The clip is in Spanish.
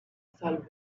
salvo